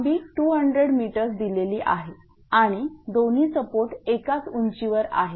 लांबी 200 m दिलेली आहे आणि दोन्ही सपोर्ट एकाच उंचीवर आहेत